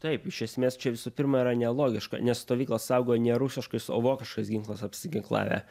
taip iš esmės čia visų pirma yra nelogiška nes stovyklą saugojo ne rusiškais o vokiškais ginklas apsiginklavę